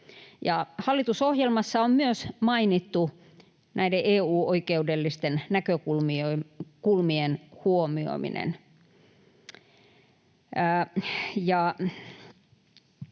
Hallitusohjelmassa on myös mainittu näiden EU-oikeudellisten näkökulmien huomioiminen.